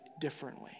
differently